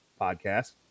podcast